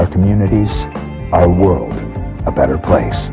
our communities i world a better place